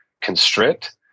constrict